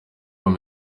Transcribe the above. muri